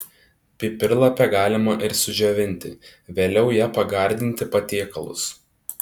pipirlapę galima ir sudžiovinti vėliau ja pagardinti patiekalus